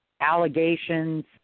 allegations